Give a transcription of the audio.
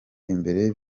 imbere